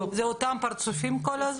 זה אותם פרצופים כל הזמן?